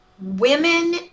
Women